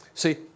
See